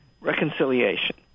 reconciliation